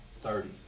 thirty